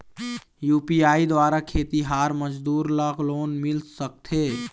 UPI द्वारा खेतीहर मजदूर ला लोन मिल सकथे?